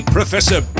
Professor